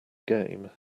game